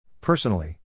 Personally